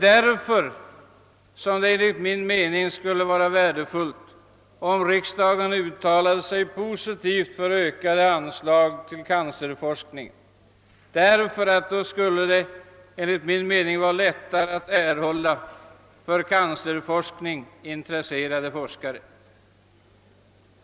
Därför skulle det enligt min mening vara värdefullt om riksdagen uttalade sig för en ökning av anslaget till cancerforskning, ty då skulle det bli lättare att få fram för cancerforskning intresserade forskare.